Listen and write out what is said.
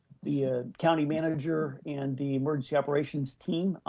the ah county manager and the emergency operations team.